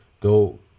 Go